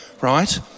right